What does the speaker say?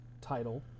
title